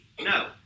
no